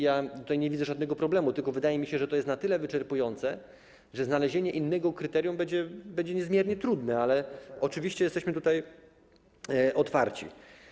Ja tutaj nie widzę żadnego problemu, tylko wydaje mi się, że to jest na tyle wyczerpujące, że znalezienie innego kryterium będzie niezmiernie trudne, ale oczywiście jesteśmy tutaj otwarci.